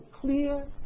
clear